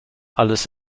alles